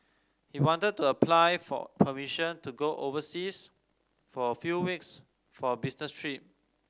he wanted to apply for permission to go overseas for a few weeks for a business trip